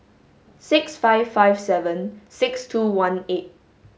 six five five seven six two one eight